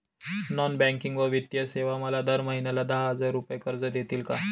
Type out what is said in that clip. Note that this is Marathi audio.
नॉन बँकिंग व वित्तीय सेवा मला दर महिन्याला दहा हजार रुपये कर्ज देतील का?